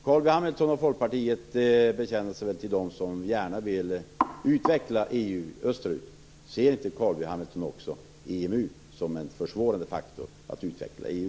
Carl B Hamilton och Folkpartiet bekänner sig väl till dem som gärna vill utveckla EU österut. Ser inte Carl B Hamilton EMU som en försvårande faktor när det gäller att utveckla EU?